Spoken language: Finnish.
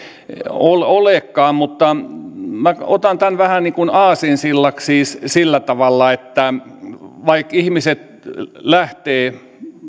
olekaan mutta minä otan tämän vähän niin kuin aasinsillaksi siis sillä tavalla että vaikka ihmiset lähtevät